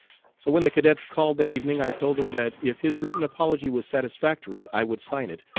so when the cadets called that evening i told them that if his written apology was satisfactory i would sign it,